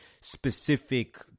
specific